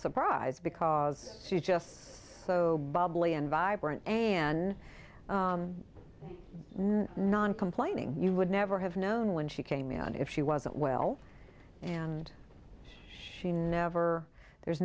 surprise because she's just so bubbly and vibrant and non complaining you would never have known when she came you know and if she wasn't well and she never there's